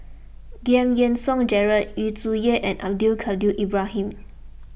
Giam Yean Song Gerald Yu Zhuye and Abdul Kadir Ibrahim